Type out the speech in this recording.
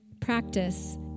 practice